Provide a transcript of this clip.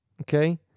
okay